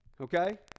okay